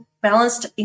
Balanced